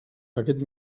aquest